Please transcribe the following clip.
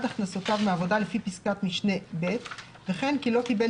הכנסותיו מעבודה לפי פסקת משנה (ב) וכן כי לא קיבל